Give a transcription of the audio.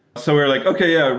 so we're like, okay, yeah,